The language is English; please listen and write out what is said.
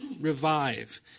revive